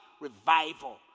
revival